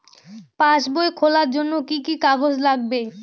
পাসবই খোলার জন্য কি কি কাগজ লাগবে?